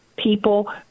people